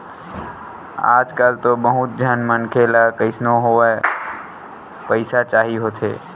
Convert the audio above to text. आजकल तो बहुत झन मनखे ल कइसनो होवय पइसा चाही होथे